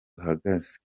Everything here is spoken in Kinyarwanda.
duhagaze